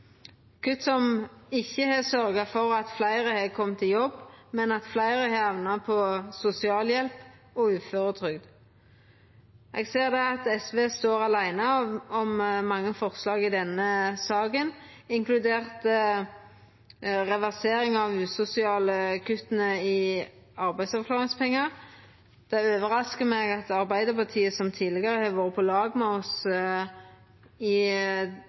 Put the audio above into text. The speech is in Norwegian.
kutt som ikkje har sørgt for at fleire har kome i jobb, men at fleire har hamna på sosialhjelp og uføretrygd. Eg ser at SV står aleine om mange forslag i denne saka, inkludert reversering av dei usosiale kutta i arbeidsavklaringspengar. Det overraskar meg at Arbeidarpartiet, som tidlegare har vore på lag med oss i